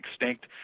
extinct